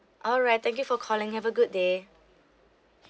alright thank you for calling have a good day